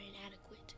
inadequate